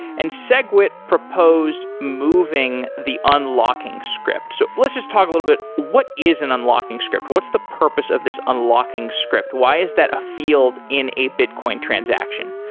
and segwit proposed moving the unlocking script. so let's just talk a little bit, what is an unlocking script? what's the purpose of this unlocking script? why is that a field in a bitcoin transaction?